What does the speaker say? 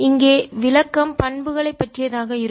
இங்கே விளக்கம் பண்புகளை மிகவும் தரமானதாக பற்றியதாக இருக்கும்